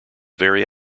very